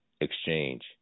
exchange